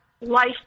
life